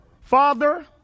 Father